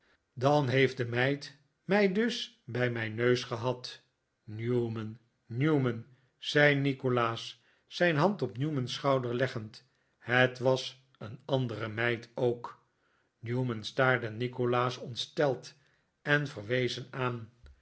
dan heeft de meid mij dus bij mijn neus gehad newman newman zei nikolaas zijn hand op newman's schouder leggend het was een andere meid ook newman staarde nikolaas ontsteld en verwezen aan